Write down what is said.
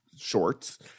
shorts